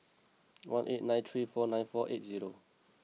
one eight nine three two four nine four seven zero